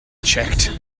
checked